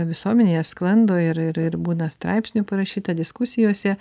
visuomenėje sklando ir ir ir būna straipsnių parašyta diskusijose